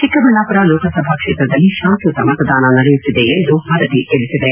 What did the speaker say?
ಚೆಕ್ಕಬಳ್ಳಾಪುರ ಲೋಕಸಭಾ ಕ್ಷೇತ್ರದಲ್ಲಿ ಶಾಂತಿಯುತ ಮತದಾನ ನಡೆಯುತ್ತಿದೆ ಎಂದು ವರದಿ ತಿಳಿಸಿದೆ